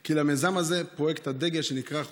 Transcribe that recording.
כי למיזם הזה, פרויקט הדגל שנקרא "חופיקס",